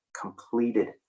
completed